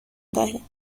دهیم